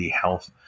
health